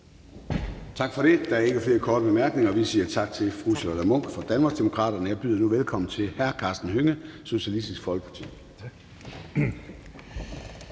Tak for det. Der er ikke flere korte bemærkninger, og vi siger tak til fru Charlotte Munch fra Danmarksdemokraterne. Jeg byder nu velkommen til hr. Karsten Hønge fra Socialistisk Folkeparti.